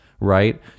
right